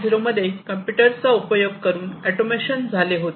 0 मध्ये कम्प्युटर चा उपयोग करून ऑटोमेशन झाले होते